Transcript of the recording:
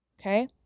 Okay